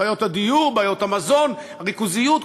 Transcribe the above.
בעיות הדיור, בעיות המזון, הריכוזיות.